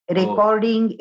recording